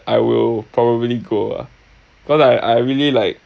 I will probably go ah cause I I really like